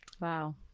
Wow